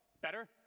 Better